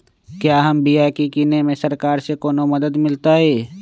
क्या हम बिया की किने में सरकार से कोनो मदद मिलतई?